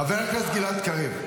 חבר הכנסת גלעד קריב.